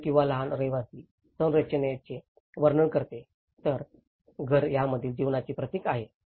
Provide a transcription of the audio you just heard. घर किंवा लहान रहिवासी संरचनेचे वर्णन करते तर घर त्यामधील जीवनाचे प्रतिक आहे